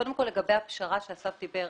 קודם כל, לגבי הפשרה עליה דיבר אסף.